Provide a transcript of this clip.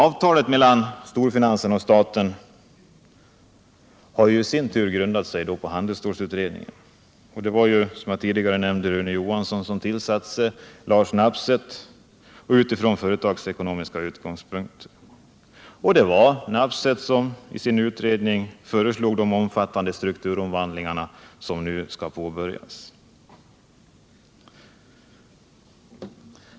Avtalet mellan storfinansen och staten har i sin tur grundat sig på handelsstålsutredningen. Det var, som jag tidigare nämnde, förre industriministern Rune Johansson som tillsatte Lars Nabseth för att utifrån företagsekonomiska utgångspunkter utreda handelsstålet. Det var Nabseth som i sin utredning föreslog de omfattande strukturomvandlingar som nu skall påbörjas.